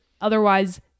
Otherwise